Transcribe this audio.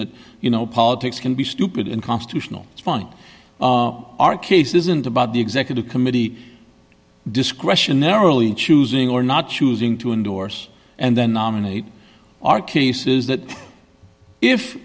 that you know politics can be stupid and constitutional it's funny our case isn't about the executive committee discretionary really choosing or not choosing to endorse and then nominate are cases that if